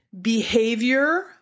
behavior